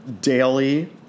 daily